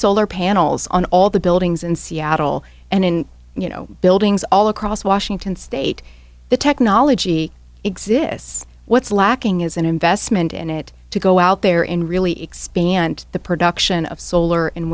solar panels on all the buildings in seattle and in you know buildings all across washington state the technology exists what's lacking is an investment in it to go out there in really expand the production of solar and